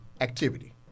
activity